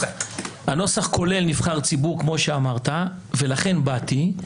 הנוסח כולל נבחר ציבור, כמו שאמרת, ולכן באתי.